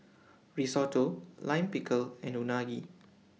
Risotto Lime Pickle and Unagi